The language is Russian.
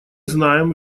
знаем